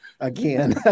Again